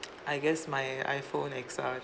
I guess my iphone X_R